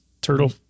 turtle